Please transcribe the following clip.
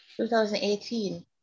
2018